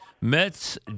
Mets